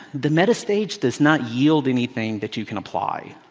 the meta stage does not yield anything that you can apply.